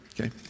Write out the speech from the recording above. okay